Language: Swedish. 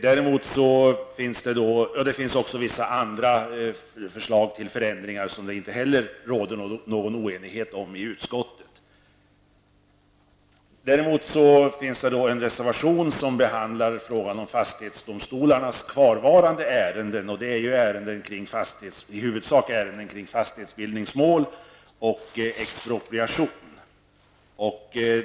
Det finns i propositionen även vissa andra förslag till förändringar, kring vilka det i utskottet inte heller råder någon oenighet. Däremot finns till betänkandet en reservation, i vilken man behandlar frågan om fastighetsdomstolarnas kvarvarande ärenden, dvs. i huvudsak ärenden som rör fastighetsbildningsmål och expropriation.